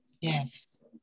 Yes